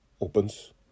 opens